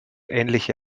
ähnliche